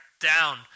Down